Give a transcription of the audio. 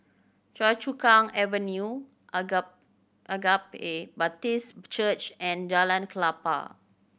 Choa Chu Kang Avenue Agape Agape Baptist Church and Jalan Klapa